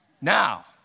Now